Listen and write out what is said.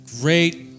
Great